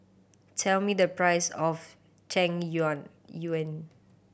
tell me the price of tang yuen